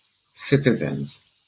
citizens